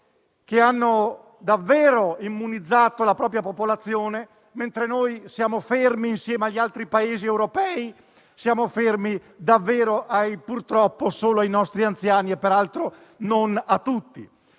che hanno davvero immunizzato la propria popolazione, mentre noi siamo fermi, insieme agli altri Paesi europei, purtroppo ai soli nostri anziani (peraltro non a tutti).